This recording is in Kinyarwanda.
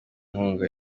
inkuba